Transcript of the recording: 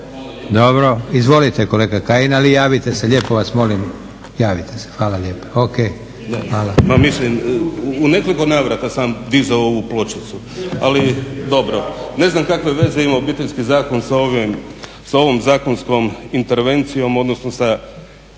vi? Izvolite kolega Kajin, ali javite se. Lijepo vas molim javite se. Hvala lijepo. **Kajin,